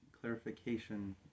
clarification